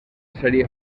serie